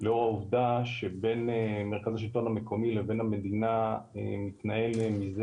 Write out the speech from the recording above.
לאור העובדה שבין מרכז השלטון המקומי לבין המדינה מתנהל מזה